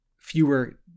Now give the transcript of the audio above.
fewer